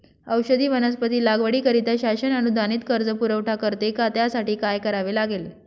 औषधी वनस्पती लागवडीकरिता शासन अनुदानित कर्ज पुरवठा करते का? त्यासाठी काय करावे लागेल?